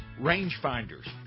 rangefinders